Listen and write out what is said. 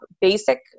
basic